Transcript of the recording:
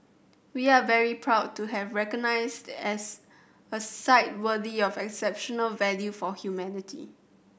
we are very proud to have recognised as a site worthy of exceptional value for humanity